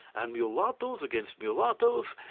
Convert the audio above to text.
and mulattoes against mulattoes.